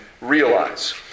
realize